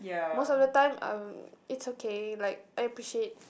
most of the time I it's okay like I appreciate